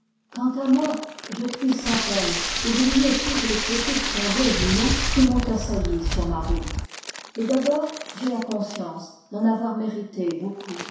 quant à moi je puis sans peine oublier toutes les critiques fondées ou non qui m'ont assailli sur ma route et d'abord j'ai la conscience d'en avoir mérité beaucoup